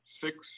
six